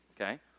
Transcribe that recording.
okay